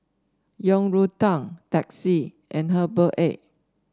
Yang Rou Tang Teh C and Herbal Egg